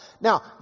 now